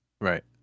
Right